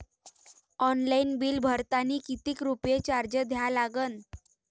Online bill भरतानी कितीक रुपये चार्ज द्या लागन?